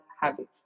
habits